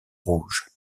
rouges